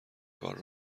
کار